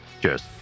Cheers